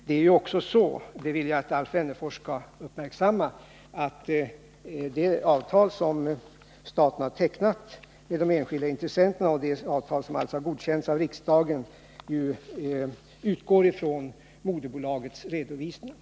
Det är också så — det vill jag att Alf Wennerfors skall uppmärksamma — att det avtal som staten har tecknat med de enskilda intressenterna, alltså det avtal som har godkänts av riksdagen, utgår ifrån moderbolagets redovisningar.